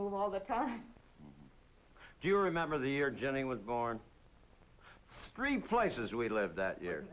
move all the time do you remember the year jenny was born strange places we lived that year